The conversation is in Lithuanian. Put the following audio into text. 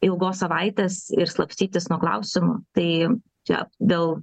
ilgos savaitės ir slapstytis nuo klausimų tai čia dėl